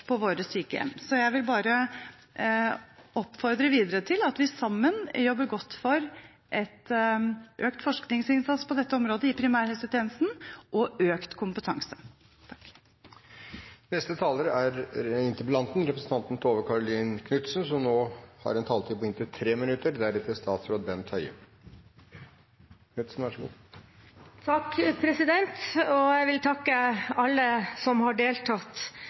våre sykehjem. Jeg vil bare oppfordre videre til at vi sammen jobber godt for en økt forskningsinnsats på dette området i primærhelsetjenesten og for økt kompetanse. Jeg vil takke alle som har deltatt i denne interpellasjonsdebatten. Det er veldig viktig å få fram de gode eksemplene og tankene om hva vi kan gjøre på dette feltet fra denne talerstolen og